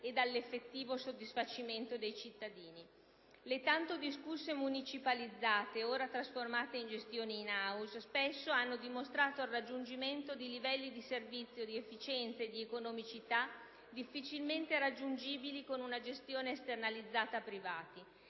e dall'effettivo soddisfacimento dei cittadini. Le tanto discusse municipalizzate, ora trasformate in gestioni *in* *house*, spesso hanno dimostrato il raggiungimento di livelli di servizio, di efficienza e di economicità difficilmente raggiungibili con una gestione esternalizzata a privati.